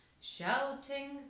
shouting